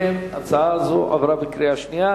אם כן, הצעה זו עברה בקריאה שנייה.